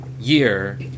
year